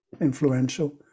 influential